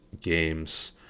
games